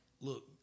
look